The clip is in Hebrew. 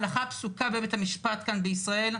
ההלכה הפסוקה בבית המשפט כאן בישראל,